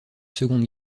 seconde